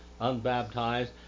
unbaptized